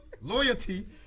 loyalty